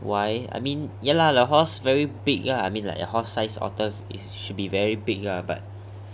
why I mean ya lah the horse very big lah I mean like a horse sized otter should be very big lah but